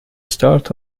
start